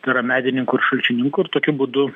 tai yra medininkų ir šalčininkų ir tokiu būdu